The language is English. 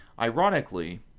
Ironically